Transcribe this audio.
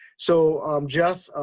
so um jeff